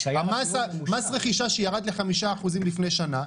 מס רכישה שירד ל-5% לפני שנה,